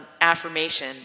affirmation